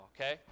okay